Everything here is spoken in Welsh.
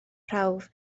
prawf